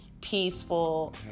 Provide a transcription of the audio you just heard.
peaceful